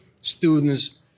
students